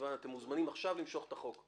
אתם מוזמנים עכשיו למשוך את החוק.